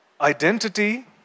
Identity